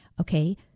Okay